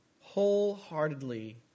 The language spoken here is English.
wholeheartedly